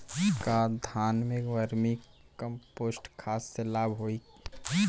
का धान में वर्मी कंपोस्ट खाद से लाभ होई?